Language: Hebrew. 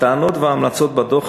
הטענות וההמלצות בדוח,